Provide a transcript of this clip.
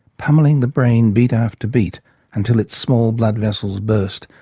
pummelling the brain beat after beat until its small blood vessels burst,